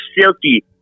Silky